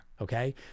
okay